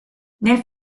nel